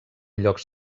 llocs